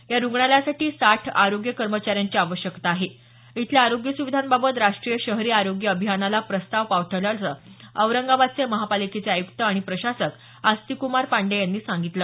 या रुग्णालयासाठी साठ आरोग्य कर्मचाऱ्यांची आवश्यकता आहे इथल्या आरोग्य सुविधांबाबत राष्ट्रीय शहरी आरोग्य अभियानाला प्रस्ताव पाठवल्याचं औरंगाबाद महापालिकेचे आय्क्त आणि प्रशासक अस्तिक्कमार पांडेय यांनी सांगितलं